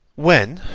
when,